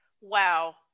wow